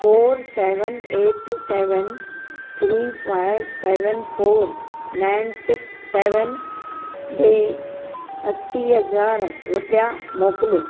four seven eight seven three five seven four nine six seven ॾे असी हज़ार रुपिया मोकिलियो